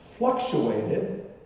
fluctuated